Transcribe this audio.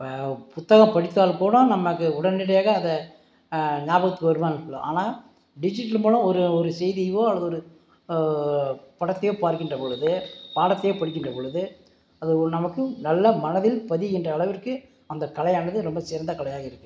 இப்போ புத்தகம் படித்தால் கூட நமக்கு உடனடியாக அதை நியாபகத்தில் வருமான்னு தெரியலை ஆனால் டிஜிட்டல் மூலம் ஒரு ஒரு செய்தியையோ அல்லது ஒரு படத்தையோ பார்க்கின்றபொழுது பாடத்தையே படிக்கின்றபொழுது அது ஒரு நமக்கு நல்ல மனதில் பதிகின்ற அளவிற்கு அந்த கலையானது ரொம்ப சிறந்த கலையாக இருக்கிறது